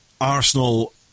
Arsenal